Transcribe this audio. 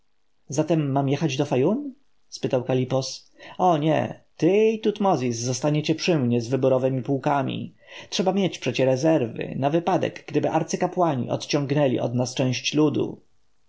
zatem mam jechać do fayum spytał kalipos o nie ty i tutmozis zostaniecie przy mnie z wyborowemi pułkami trzeba mieć przecie rezerwy na wypadek gdyby arcykapłani odciągnęli od nas część ludu